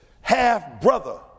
half-brother